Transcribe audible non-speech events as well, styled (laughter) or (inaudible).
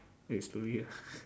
eh slowly ah (laughs)